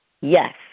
yes